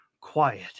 quiet